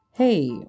Hey